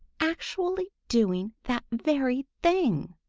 actually doing that very thing!